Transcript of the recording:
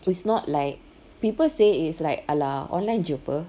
so it's not like people say it's like !alah! online jer [pe]